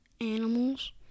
Animals